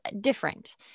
different